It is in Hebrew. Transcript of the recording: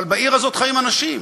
אבל בעיר הזאת חיים אנשים,